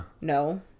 No